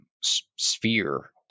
sphere